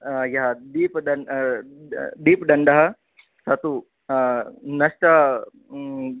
यः दीपदण्ड दीपदण्डः स तु नष्टः